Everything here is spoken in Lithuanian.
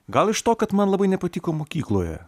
gal iš to kad man labai nepatiko mokykloje